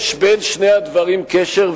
יש בין שני הדברים קשר,